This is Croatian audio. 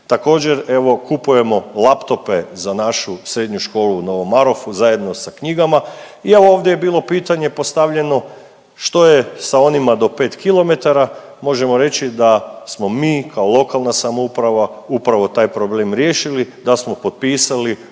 Također evo kupujemo laptope za našu srednju školu u Novom Marofu zajedno sa knjigama. I evo ovdje je bilo pitanje postavljeno što je sa onima do 5km, možemo reći da smo mi kao lokalna samouprava upravo taj problem riješili da smo potpisali